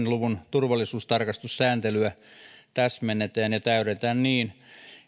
luvun turvallisuustarkastussääntelyä täsmennetään ja täydennetään niin